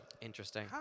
Interesting